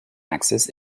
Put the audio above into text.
axis